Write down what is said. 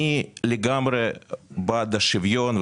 אני לגמרי בעד שוויון,